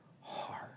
heart